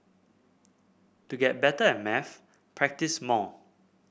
to get better at maths practise more